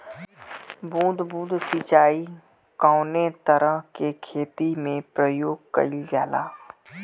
बूंद बूंद सिंचाई कवने तरह के खेती में प्रयोग कइलजाला?